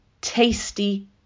tasty